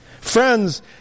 Friends